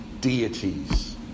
deities